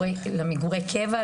למגורי קבע,